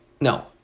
no